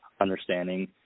understanding